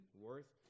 worth